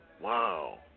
Wow